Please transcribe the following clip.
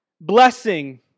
Blessing